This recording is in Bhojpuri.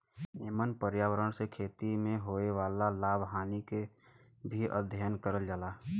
एमन पर्यावरण से खेती में होए वाला लाभ हानि के भी अध्ययन करल जाला